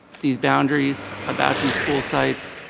these boundaries, about these school sites,